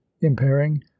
impairing